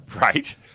Right